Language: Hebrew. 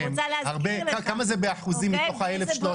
כמה זה באחוזים מתוך ה-1,300?